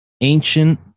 ancient